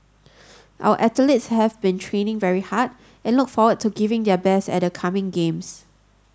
our athletes have been training very hard and look forward to giving their best at the coming games